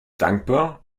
dankbar